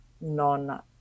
non